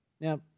Now